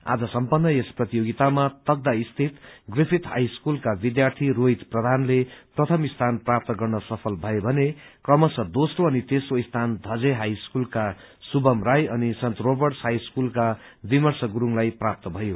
आज सम्पन्न यस प्रतियोगितामा तकदाह स्थित प्रिफिय हाई स्कूलका विद्यार्थी रोहित प्रधानले प्रथम स्थान प्राप्त गर्न सफल भयो भने क्रमशः दोम्रो र तेम्रो स्थान धजे हाई स्कूलका सुभम राई अनि सत्न रोबर्टस् हाई स्कूलका विमर्श गुरुङलाई प्राप्त भयो